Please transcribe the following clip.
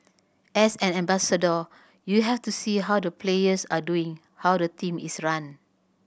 as an ambassador you have to see how the players are doing how the team is run